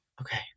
Okay